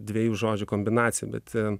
dviejų žodžių kombinacija bet